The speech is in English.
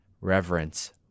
reverence